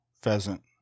pheasant